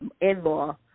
in-law